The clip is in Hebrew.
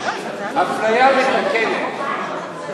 פנייה שוויונית בשילוט במקום ציבורי),